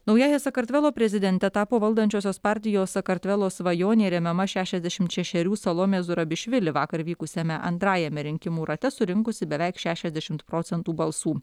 naująja sakartvelo prezidente tapo valdančiosios partijos sakartvelo svajonė remiama šešiasdešimt šešerių salomė zurabišvili vakar vykusiame antrajame rinkimų rate surinkusi beveik šešiasdešimt procentų balsų